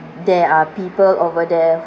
there are people over there